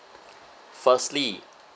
firstly